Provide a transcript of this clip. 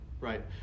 right